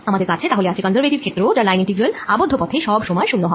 আমাদের কাছে তাহলে আছে কন্সারভেটিভ ক্ষেত্র যার লাইন ইন্টিগ্রাল আবদ্ধ পথে সব সময় শূন্য হয়